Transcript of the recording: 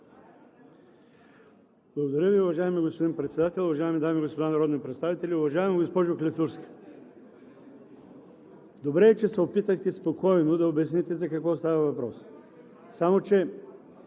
Благодаря Ви, уважаеми господин Председател. Уважаеми дами и господа народни представители! Уважаема госпожо Клисурска, добре е, че се опитахте спокойно да обясните за какво става въпрос. Само че,